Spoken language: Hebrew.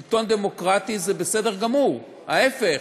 שלטון דמוקרטי זה בסדר גמור, ההפך.